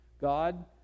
God